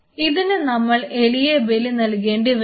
ഇതിന് നമ്മൾ എലിയെ ബലി നൽകേണ്ടി വരുമോ